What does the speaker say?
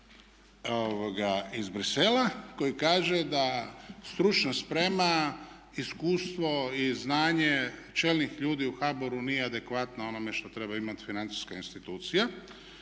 iz Bruxellesa koji kaže da stručna sprema, iskustvo i znanje čelnih ljudi u HBOR-u nije adekvatno onome što treba imati financijska institucija.